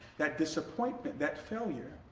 that disappointment, that failure.